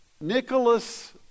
Nicholas